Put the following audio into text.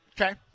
Okay